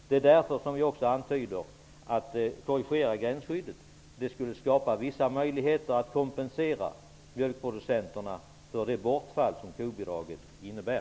Det är därför vi också antyder att det, om man korrigerade gränsskyddet, skulle skapas vissa möjligheter att kompensera mjölkproducenterna för det bortfall som avskaffandet av kobidraget innebär.